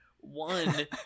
One